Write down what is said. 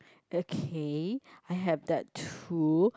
okay I have that too